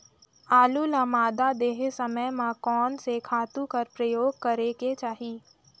आलू ल मादा देहे समय म कोन से खातु कर प्रयोग करेके चाही?